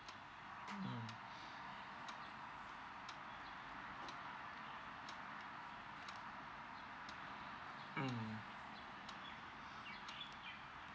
mm mm